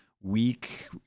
week